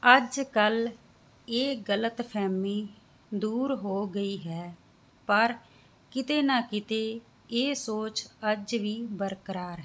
ਅੱਜ ਕੱਲ ਇਹ ਗਲਤ ਫਹਿਮੀ ਦੂਰ ਹੋ ਗਈ ਹੈ ਪਰ ਕਿਤੇ ਨਾ ਕਿਤੇ ਇਹ ਸੋਚ ਅੱਜ ਵੀ ਬਰਕਰਾਰ ਹੈ